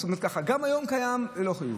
גם היום זה קיים ללא חיוב.